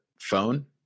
phone